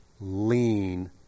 lean